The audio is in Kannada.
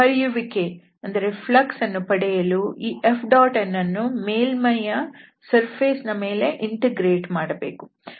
ಹರಿಯುವಿಕೆ ಯನ್ನು ಪಡೆಯಲು ಈ Fn ಅನ್ನು ಮೇಲ್ಮೈ ಯ ಮೇಲೆ ಇಂಟಿಗ್ರೇಟ್ ಮಾಡಬೇಕು